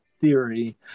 theory